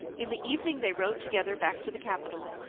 in the evening they rode together back to the capital,